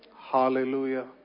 hallelujah